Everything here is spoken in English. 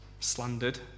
slandered